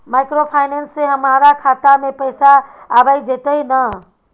Microfinance से हमारा खाता में पैसा आबय जेतै न?